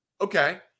Okay